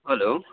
hello